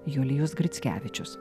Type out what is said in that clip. julijus grickevičius